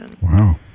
Wow